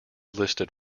listed